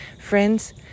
Friends